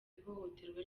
ihohoterwa